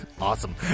Awesome